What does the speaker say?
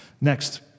Next